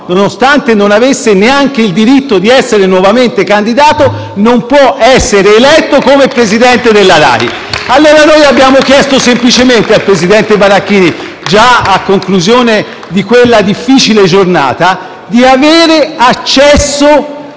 nonostante non avesse neanche il diritto di essere nuovamente candidato, non può essere eletto come presidente della RAI. *(Applausi dal Gruppo PD)*. Allora noi abbiamo chiesto semplicemente al presidente Barachini, già a conclusione di quella difficile giornata, di avere accesso